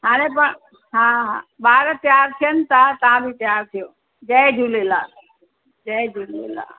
हाणे पाणि हा ॿार तयार थियनि था तव्हां बि तयार थियो जय झूलेलाल जय झूलेलाल